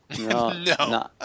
no